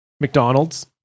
McDonald's